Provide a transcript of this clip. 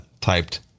typed